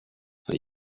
and